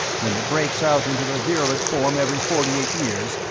when it breaks out into the virulent form every forty eight years,